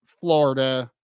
Florida